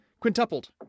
quintupled